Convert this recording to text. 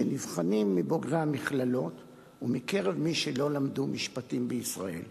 של נבחנים מבוגרי המכללות ומקרב מי שלא למדו משפטים בישראל.